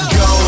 go